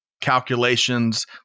calculations